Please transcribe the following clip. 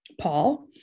Paul